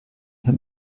herr